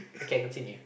okay continue